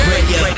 Radio